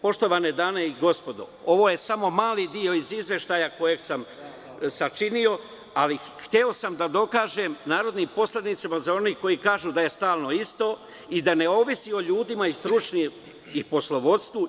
Poštovane dame i gospodo, ovo je samo mali dio iz izveštaja koji sam sačinio, ali hteo sam da dokažem narodnim poslanicima, za one koji kažu da je stalno isto i da ne ovisi o ljudima i stručnom poslovodstvu.